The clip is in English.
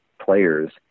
players